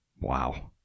wow